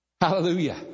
Hallelujah